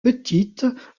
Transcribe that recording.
petites